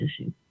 issue